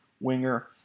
winger